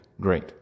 Great